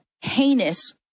heinous